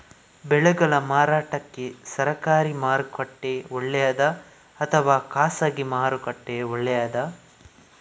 ಬೆಳೆಗಳ ಮಾರಾಟಕ್ಕೆ ಸರಕಾರಿ ಮಾರುಕಟ್ಟೆ ಒಳ್ಳೆಯದಾ ಅಥವಾ ಖಾಸಗಿ ಮಾರುಕಟ್ಟೆ ಒಳ್ಳೆಯದಾ